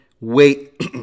wait